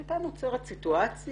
היתה נוצרת סיטואציה,